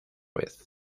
vez